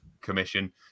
commission